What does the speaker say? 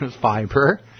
Fiber